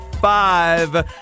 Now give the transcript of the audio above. five